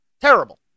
terrible